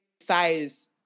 size